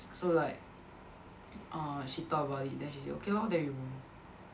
so like uh she thought about it then she say okay lor then we room